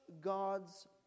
God's